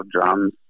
drums